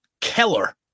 Keller